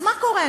אז מה קורה?